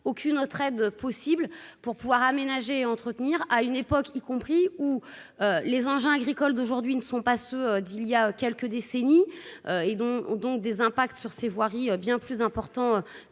aucune autre aide possible pour pouvoir aménager et entretenir, à une époque, y compris où les engins agricoles d'aujourd'hui ne sont pas ceux d'il y a quelques décennies et donc donc des impacts sur ces voiries bien plus important